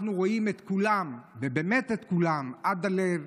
אנחנו רואים את כולם, ובאמת את כולם, עד הלב.